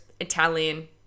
Italian